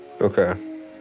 okay